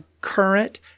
current